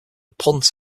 punt